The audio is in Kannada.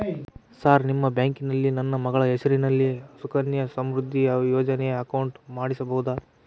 ಸರ್ ನಿಮ್ಮ ಬ್ಯಾಂಕಿನಲ್ಲಿ ನಾನು ನನ್ನ ಮಗಳ ಹೆಸರಲ್ಲಿ ಸುಕನ್ಯಾ ಸಮೃದ್ಧಿ ಯೋಜನೆ ಅಕೌಂಟ್ ಮಾಡಿಸಬಹುದಾ?